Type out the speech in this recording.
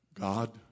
God